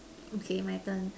okay my turn